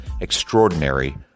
extraordinary